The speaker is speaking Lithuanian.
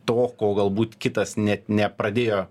to ko galbūt kitas net nepradėjo